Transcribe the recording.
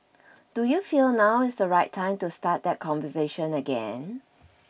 do you feel now is the right time to start that conversation again